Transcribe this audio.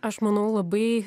aš manau labai